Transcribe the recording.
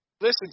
listen